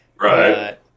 Right